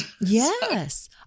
yes